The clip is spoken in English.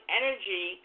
energy